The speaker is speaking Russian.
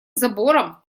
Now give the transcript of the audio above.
забором